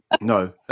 No